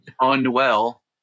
unwell